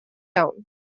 down